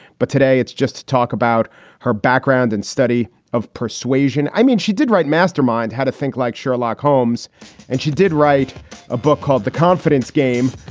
but today it's just talk about her background and study of persuasion. i mean, she did right mastermind how to think like sherlock holmes and she did write a book called the confidence game,